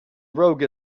rogue